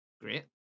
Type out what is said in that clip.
Great